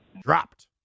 dropped